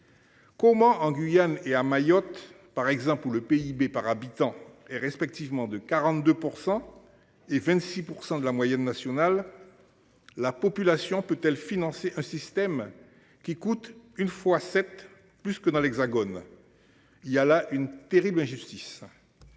Comment en Guyane et à Mayotte. Par exemple pour le PIB par habitant est respectivement de 42% et 26% de la moyenne nationale. La population peut-elle financer un système qui coûte une fois cette plus que dans l'Hexagone. Il y a là une terrible injustice.